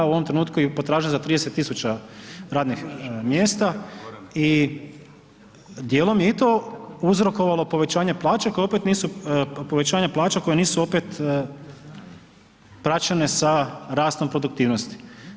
U ovom trenutku je potražnja za 30.000 radnih mjesta i djelom je i to uzrokovalo povećanje plaća koje opet nisu, povećanje plaća koje nisu opet praćene sa rastom produktivnosti.